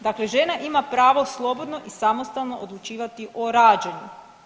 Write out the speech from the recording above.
Dakle žena ima pravo slobodno i samostalno odlučivati o rađanju.